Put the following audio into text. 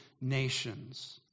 nations